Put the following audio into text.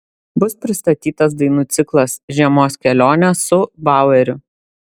bus pristatytas dainų ciklas žiemos kelionė su baueriu